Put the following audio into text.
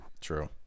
True